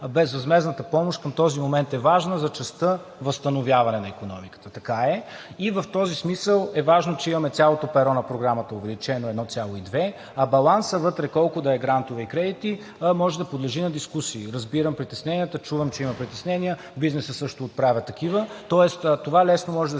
безвъзмездната помощ към този момент е важна за частта „Възстановяване на икономиката“. Така е. В този смисъл е важно, че имаме цялото перо на Програмата, увеличено 1,2, а балансът вътре – колко да е грантове и кредити, може да подлежи на дискусии. Разбирам притесненията, чувам, че има притеснения. Бизнесът също отправя такива, тоест това лесно може да